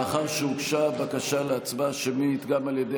מאחר שהוגשה בקשה להצעה שמית גם על ידי